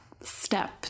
step